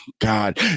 God